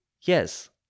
yes